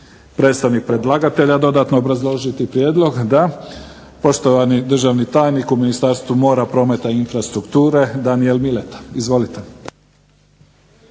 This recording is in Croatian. predstavnik predlagatelja dodatno obrazložiti prijedlog? Da. Poštovani državni tajnik u Ministarstvu mora, prometa i infrastrukture Danijel Mileta. Izvolite.